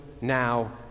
now